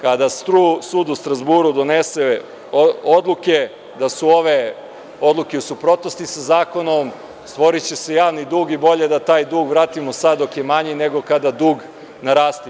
Kada sud u Strazburu donese odluke da su ove odluke u suprotnosti sa zakonom stvoriće se javni dug i bolje da taj dug vratimo sada dok je manji nego kada dug naraste.